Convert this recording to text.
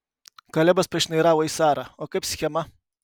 kalebas pašnairavo į sarą o kaip schema